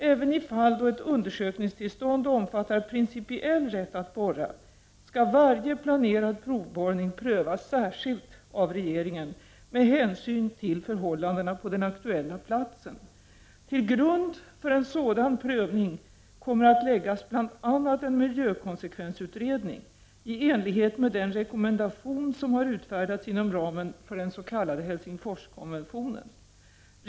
Även i fall då ett undersökningstillstånd omfattar principiell rätt att borra skall varje planerad provborrning prövas särskilt av regeringen, med hänsyn till förhållandena på den aktuella platsen. Till grund för en sådan prövning kommer att läggas bl.a. en miljökonsekvensutredning, i enlighet med den rekommendation som har utfärdas inom ramen för den s.k. Helsingforskonventionen.